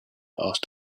asked